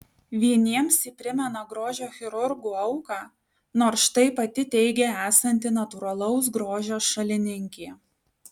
vieniems ji primena grožio chirurgų auką nors štai pati teigia esanti natūralaus grožio šalininkė